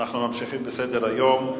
אנחנו ממשיכים בסדר-היום,